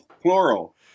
Plural